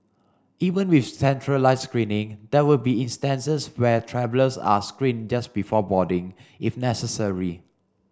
even with centralised screening there will be instances where travellers are screened just before boarding if necessary